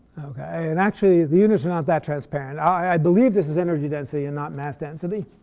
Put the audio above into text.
ok. and actually, the unit's not that transparent. i believe this is energy density and not mass density.